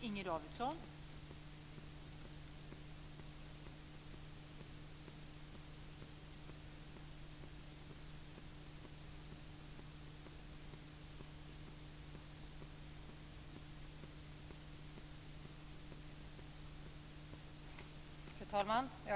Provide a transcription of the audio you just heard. Fru talman!